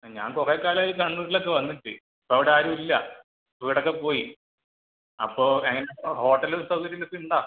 ഞാൻ കുറേ കാലമായി കണ്ണൂരിലൊക്കെ വന്നിട്ട് ഇപ്പോൾ അവിടെ ആരും ഇല്ല വീടൊക്കെ പോയി അപ്പോൾ എങ്ങനെ ഹോട്ടല് സൗകര്യമൊക്കെ ഉണ്ടോ